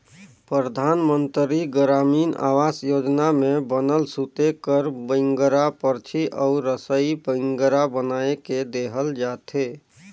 परधानमंतरी गरामीन आवास योजना में बनल सूते कर बइंगरा, परछी अउ रसई बइंगरा बनाए के देहल जाथे